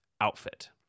outfit